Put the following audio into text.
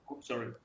sorry